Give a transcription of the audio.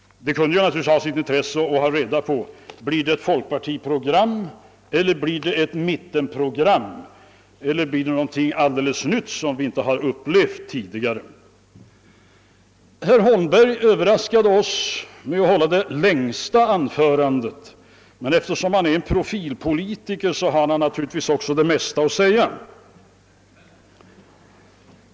Det kunde ju ha sitt intresse att redan nu få veta, om det blir ett folkpartiprogram eller ett mittenpartiprogram eller någonting alldeles nytt som vi inte har sett tidigare. Herr Holmberg överraskade med att hålla det längsta anförandet här, men eftersom han är en profilpolitiker, har han naturligtvis också mest att säga.